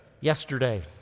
yesterday